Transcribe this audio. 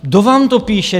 Kdo vám to píše?